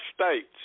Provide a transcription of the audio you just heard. states